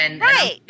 Right